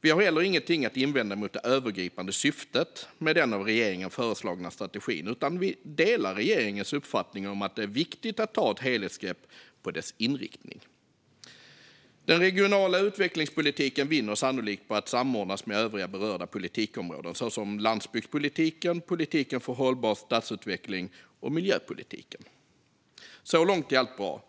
Vi har heller ingenting att invända mot det övergripande syftet med den av regeringen föreslagna strategin, utan vi delar regeringens uppfattning att det är viktigt att ta ett helhetsgrepp på dess inriktning. Den regionala utvecklingspolitiken vinner sannolikt på att samordnas med övriga berörda politikområden, såsom landsbygdspolitiken, politiken för hållbar stadsutveckling och miljöpolitiken. Så långt är allt bra.